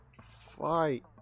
fight